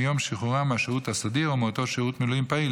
מיום שחרורם מהשירות הסדיר או מאותו שירות מילואים פעיל,